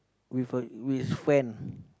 with a with friend